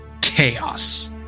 Chaos